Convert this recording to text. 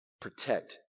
protect